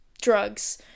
drugs